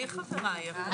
הישיבה נעולה.